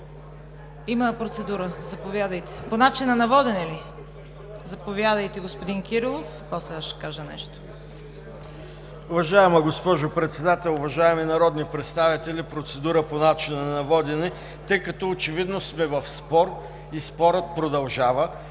Процедура по начина на водене ли? Заповядайте, господин Кирилов. ДАНАИЛ КИРИЛОВ (ГЕРБ): Уважаема госпожо Председател, уважаеми народни представители, процедура по начина на водене. Тъй като очевидно сме в спор и спорът продължава,